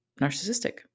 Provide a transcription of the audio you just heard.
narcissistic